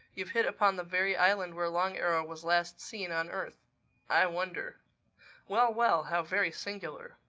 you've hit upon the very island where long arrow was last seen on earth i wonder well, well! how very singular!